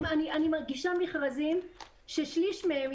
אני מגישה מכרזים ששליש מהם,